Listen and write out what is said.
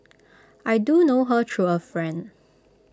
I do know her through A friend